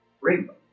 rainbow